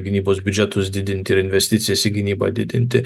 gynybos biudžetus didinti ir investicijas į gynybą didinti